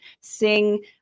sing